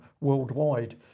worldwide